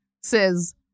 says